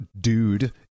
dude